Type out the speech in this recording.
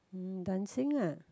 mm dancing ah